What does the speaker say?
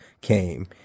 came